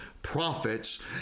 prophets